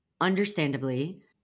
understandably